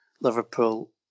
Liverpool